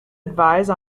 advise